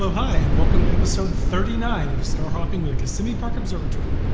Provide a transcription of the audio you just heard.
hi and welcome to episode thirty nine of star hopping with kissimmee park observatory!